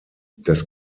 das